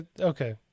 Okay